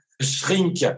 shrink